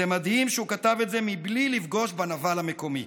זה מדהים שהוא כתב את זה בלי לפגוש בנבל המקומי.